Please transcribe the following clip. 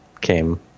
came